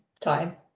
time